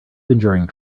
conjuring